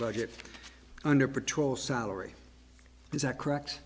budget under patrol salary is that correct